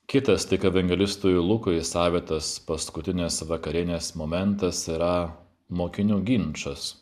kitas tik evangelistui lukui savitas paskutinės vakarienės momentas yra mokinių ginčas